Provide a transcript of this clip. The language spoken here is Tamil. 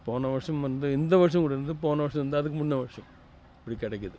போன வருஷம் வந்து இந்த வருஷம் கூட இருந்து போன வருஷம் வந்து அதுக்கு முன்னே வருஷம் இப்படி கிடைக்கிது